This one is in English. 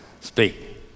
Speak